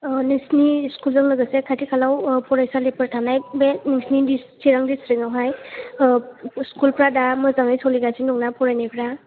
नोंसोरनि स्कुलजों लोगोसे खाथि खालायाव फरायसालिफोर थानाय बे नोंसिनि बि सिरां द्रिस्टिकआव हाय स्कुलफ्रा दा मोजाङै सोलिगासिनो दंना फरायनायफ्रा